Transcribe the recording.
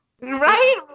Right